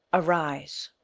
arise!